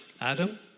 Adam